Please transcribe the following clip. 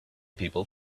people